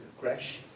crash